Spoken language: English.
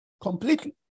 completely